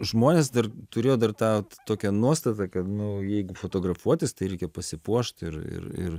žmonės dar turėjo dar tą tokią nuostatą kad jeigu fotografuotis tai reikia pasipuošt ir ir ir